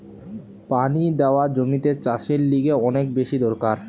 পানি দেওয়া জমিতে চাষের লিগে অনেক বেশি দরকার